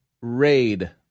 raid